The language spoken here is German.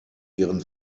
ihren